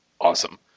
awesome